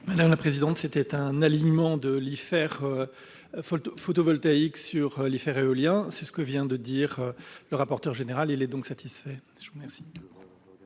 Alors la présidente. C'était un alignement de l'IFER. Photovoltaïques sur les faire éolien, c'est ce que vient de dire le rapporteur général. Il est donc satisfait. Je vous remercie.